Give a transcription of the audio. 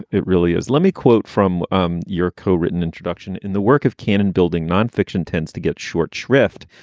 it really is. let me quote from um your cowritten introduction. in the work of canon, building non-fiction tends to get short shrift.